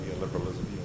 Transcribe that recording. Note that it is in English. liberalism